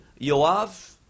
Yoav